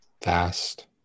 fast